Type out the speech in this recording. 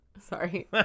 Sorry